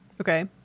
Okay